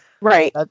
Right